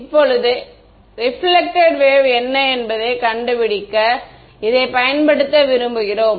இப்போது reflected wave என்ன என்பதைக் கண்டுபிடிக்க இதைப் பயன்படுத்த விரும்புகிறோம்